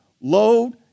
Load